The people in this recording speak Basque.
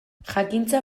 jakintza